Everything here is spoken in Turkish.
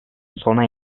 sona